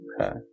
Okay